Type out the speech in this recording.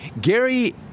Gary